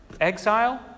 exile